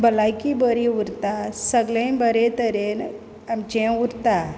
भलायकी बरी उरता सगळें बरें तरेन आमचें उरता